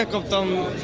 of the um